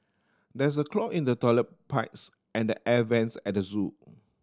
there's a clog in the toilet pipes and the air vents at the zoo